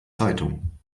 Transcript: zeitung